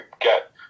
get